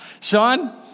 Sean